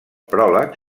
pròleg